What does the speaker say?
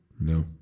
no